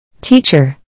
Teacher